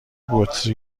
بطری